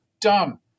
dumb